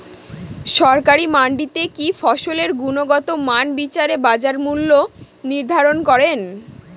সরকারি মান্ডিতে কি ফসলের গুনগতমান বিচারে বাজার মূল্য নির্ধারণ করেন?